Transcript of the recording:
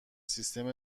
سیستم